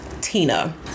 Tina